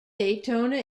daytona